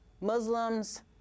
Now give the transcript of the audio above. Muslims